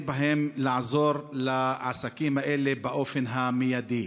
בהן כדי לעזור לעסקים האלה באופן המיידי.